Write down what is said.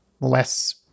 less